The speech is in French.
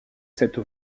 cette